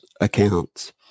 accounts